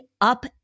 up